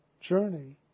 journey